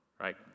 Right